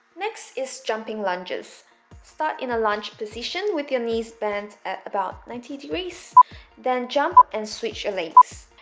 next is jumping lunges start in a lunge position with your knees bent at about ninety degrees then jump and switch your legs